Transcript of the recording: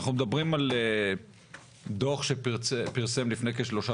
אנחנו מדברים על דוח שפרסם לפני כשלושה